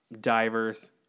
divers